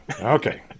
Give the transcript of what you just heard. Okay